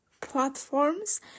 platforms